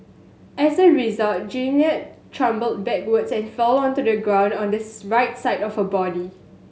as a result Jeannette stumbled backwards and fell onto the ground on the right side of her body